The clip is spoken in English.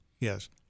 yes